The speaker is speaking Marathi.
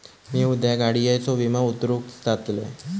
मी उद्या गाडीयेचो विमो उतरवूक जातलंय